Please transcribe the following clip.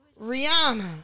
Rihanna